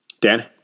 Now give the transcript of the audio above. Dan